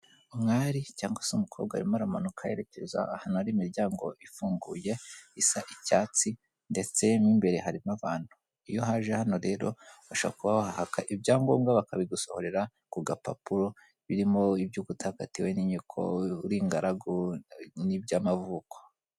Umwari cyangwa se umukobwa arimo aramanuka yerekeza ahantu hari imiryango ifunguye isa icyatsi ndetse mo imbere harimo abantu, iyo haje hano rero ba kubaka ibyangombwa bakabigusohorera ku gapapuro birimo iby'uko utakatiwe n'inyoko, uri ingaragu n'iby'amavuko.